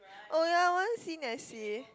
oh ya I want see Nessie